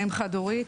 אני אם חד הורית.